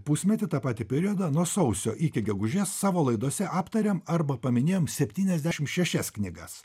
pusmetį tą patį periodą nuo sausio iki gegužės savo laidose aptarėm arba paminėjom septyniasdešim šešias knygas